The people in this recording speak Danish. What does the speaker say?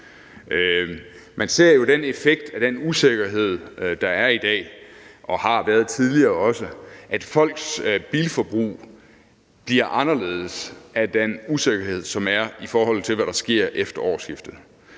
Man ser jo effekten af den usikkerhed, der er i dag og også har været tidligere, nemlig at folks bilforbrug bliver anderledes af usikkerheden om, hvad der sker efter årsskiftet.